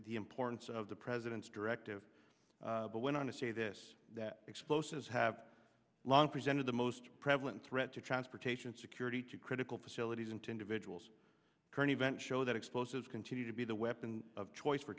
the importance of the president's directive but went on to say this that explosives have long presented the most prevalent threat to transportation security to critical facilities and to individuals current events show that explosives continue to be the weapon of choice for